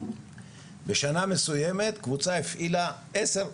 בשנה מסויימת קבוצה הפעילה עשר קבוצות.